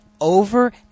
over